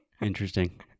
Interesting